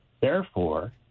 Therefore